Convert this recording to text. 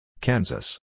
Kansas